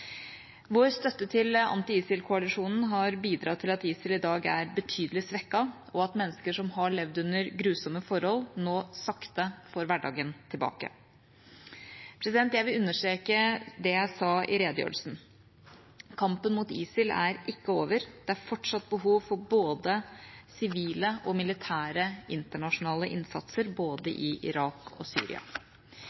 Vår støtte til anti-ISIL-koalisjonen har bidratt til at ISIL i dag er betydelig svekket, og at mennesker som har levd under grusomme forhold, nå sakte får hverdagen tilbake. Jeg vil understreke det jeg sa i redegjørelsen. Kampen mot ISIL er ikke over. Det er fortsatt behov for både sivil og militær internasjonal innsats i både